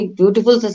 beautiful